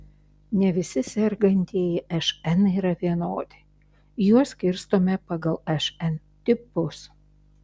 ne visi sergantieji šn yra vienodi juos skirstome pagal šn tipus